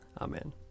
Amen